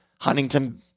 Huntington